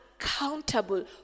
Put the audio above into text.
accountable